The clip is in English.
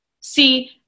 See